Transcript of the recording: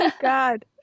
God